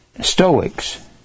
Stoics